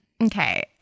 Okay